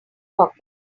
pocket